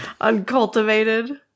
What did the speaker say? uncultivated